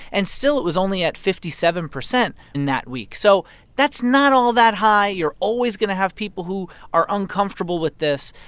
and still, it was only at fifty seven percent in that week. so that's not all that high you're always going to have people who are uncomfortable with this.